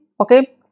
okay